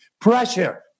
pressure